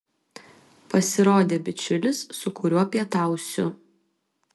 pasirodė bičiulis su kuriuo pietausiu